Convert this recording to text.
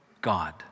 God